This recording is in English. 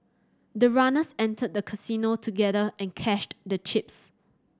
the runners entered the casino together and cashed the chips